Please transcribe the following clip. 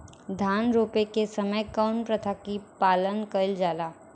धान रोपे के समय कउन प्रथा की पालन कइल जाला?